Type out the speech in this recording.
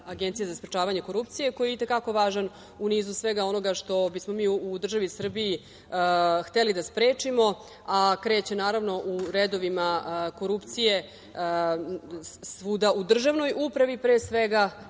agencije za sprečavanje korupcije koji je i te kako važan u nizu svega onoga što bismo u državi Srbiji hteli da sprečimo, a kreće, naravno, u redovima korupcije svuda, u državnoj upravi, pre svega,